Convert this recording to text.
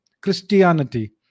Christianity